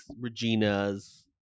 Regina's